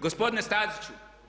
gospodine Staziću!